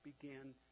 began